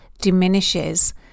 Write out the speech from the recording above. diminishes